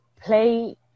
play